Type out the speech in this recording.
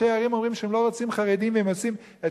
ראשי ערים אומרים שהם לא רוצים חרדים והם עושים את